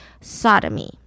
sodomy